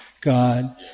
God